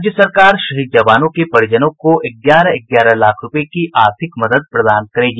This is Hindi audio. राज्य सरकार शहीद जवानों के परिजनों को ग्यारह ग्यारह लाख रूपये की आर्थिक मदद प्रदान करेगी